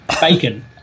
bacon